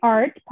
Art